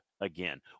again